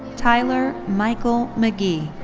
tyler michael mcgee.